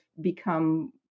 become